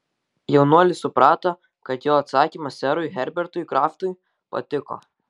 jaunuolis suprato kad jo atsakymas serui herbertui kraftui patiko